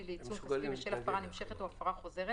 לעיצום כספי בשל הפרה נמשכת או הפרה חוזרת,